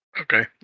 Okay